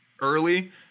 early